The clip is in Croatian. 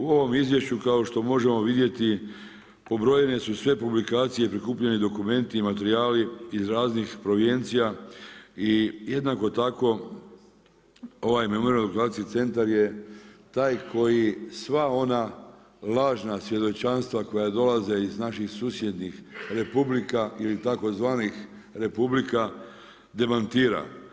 U ovom izvješću kao što možemo vidjeti, pobrojene su sve publikacije, i prikupljanje dokumenti i materijali iz raznih provjencija i jednako tako ova memorijalni dokumentacijski centar je taj koji sva ona lažna svjedočanstva koja dolaze iz naših susjednih republika ili tzv. republika demantira.